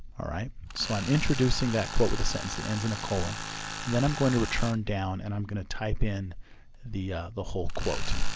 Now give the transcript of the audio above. alright? so i'm introducing that quote with a sentence that ends in a colon. and then i'm going to return down and i'm gonna type in the the whole quote.